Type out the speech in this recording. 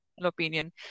opinion